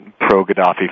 Pro-Gaddafi